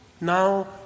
now